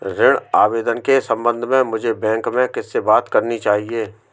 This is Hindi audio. ऋण आवेदन के संबंध में मुझे बैंक में किससे बात करनी चाहिए?